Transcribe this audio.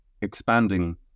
expanding